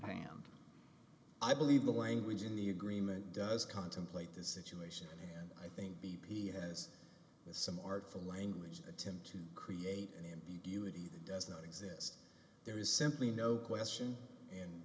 hand i believe the language in the agreement does contemplate this situation and i think b p has some artful language attempt to create an ambiguity that does not exist there is simply no question in